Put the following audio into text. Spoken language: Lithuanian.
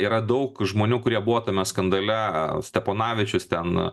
yra daug žmonių kurie buvo tame skandale staponavičius ten